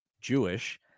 Jewish